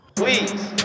Please